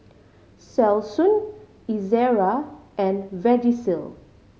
Selsun Ezerra and Vagisil